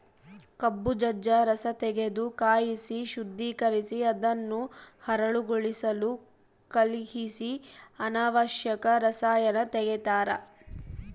ಕಬ್ಬು ಜಜ್ಜ ರಸತೆಗೆದು ಕಾಯಿಸಿ ಶುದ್ದೀಕರಿಸಿ ಅದನ್ನು ಹರಳುಗೊಳಿಸಲು ಕಳಿಹಿಸಿ ಅನಾವಶ್ಯಕ ರಸಾಯನ ತೆಗಿತಾರ